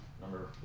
Number